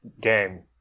game